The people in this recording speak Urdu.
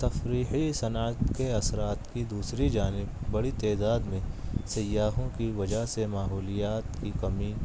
تفریحی صنعت کے اثرات کی دوسری جانب بڑی تعداد میں سیاحوں کی وجہ سے ماحولیات کی کمی